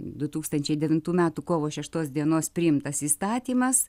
du tūkstančiai devintų metų kovo šeštos dienos priimtas įstatymas